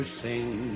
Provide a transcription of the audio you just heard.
sing